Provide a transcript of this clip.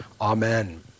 Amen